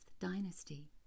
dynasty